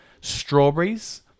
Strawberries